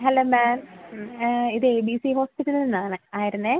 hello ma'am ഇത് A B C ഹോസ്പിറ്റലിൽ നിന്ന് ആയിരുന്നേ